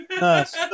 Nice